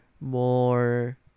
more